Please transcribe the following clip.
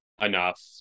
enough